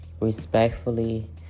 respectfully